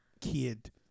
kid